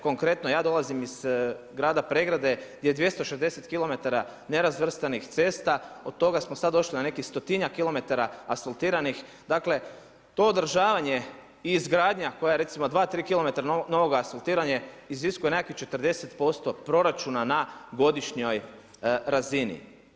Konkretno, ja dolazim iz grada Pregrade gdje je 260km nerazvrstanih cesta od toga smo sada došli na nekih 100-njak km asfaltiranih, dakle to održavanje i izgradnja koja je recimo 2, 3km novo asfaltiranje iziskuje nekakvih 40% proračuna na godišnjoj razini.